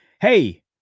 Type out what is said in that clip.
hey